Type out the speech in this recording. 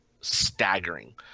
staggering